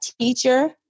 teacher